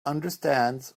understands